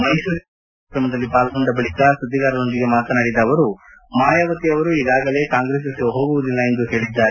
ಮೈಸೂರಿನಲ್ಲಿಂದು ಖಾಸಗಿ ಕಾರ್ಯಕ್ರಮದಲ್ಲಿ ಪಾಲ್ಗೊಂಡು ಬಳಿಕ ಸುದ್ದಿಗಾರರೊಂದಿಗೆ ಮಾತನಾಡಿದ ಅವರು ಮಾಯಾವತಿ ಅವರು ಈಗಾಗಲೇ ಕಾಂಗ್ರೆಸ್ ಜೊತೆ ಹೋಗುವುದಿಲ್ಲ ಎಂದು ಹೇಳಿದ್ದಾರೆ